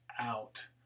out